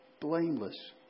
blameless